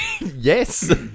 Yes